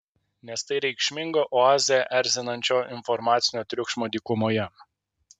nes tai reikšminga oazė erzinančio informacinio triukšmo dykumoje